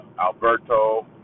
alberto